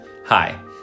Hi